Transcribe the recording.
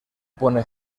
pone